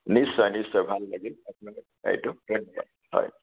নিশ্চয় নিশ্চয় ভাল লাগিল হয়